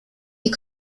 die